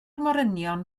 morynion